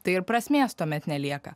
tai ir prasmės tuomet nelieka